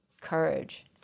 Courage